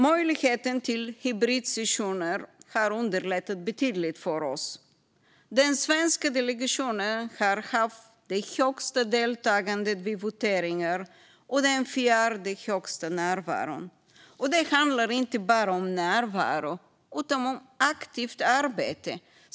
Möjligheten till hybridsessioner har underlättat betydligt för oss. Den svenska delegationen har haft det högsta deltagandet vid voteringar och den fjärde högsta närvaron. Det handlar inte bara om närvaro, utan om aktivt arbete.